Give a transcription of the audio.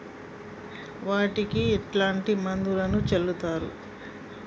వాటికి ఎట్లాంటి మందులను చల్లుతరు?